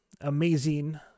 amazing